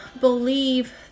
believe